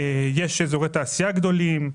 יש אזורי תעשייה גדולים,